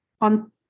on